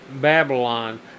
Babylon